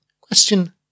Question